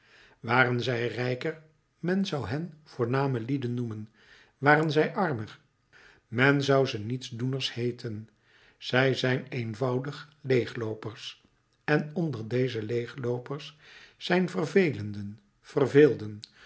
waren zij rijker men zou hen voorname lieden noemen waren zij armer men zou ze nietsdoeners heeten zij zijn eenvoudig leegloopers en onder deze leegloopers zijn vervelenden verveelden